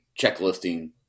checklisting